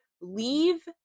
leave